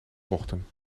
bochten